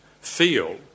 feel